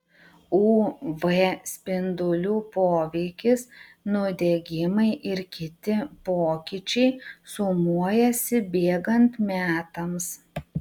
uv spindulių poveikis nudegimai ir kiti pokyčiai sumuojasi bėgant metams